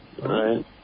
Right